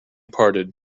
parted